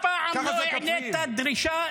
למה אף פעם לא העלית דרישה לבטל את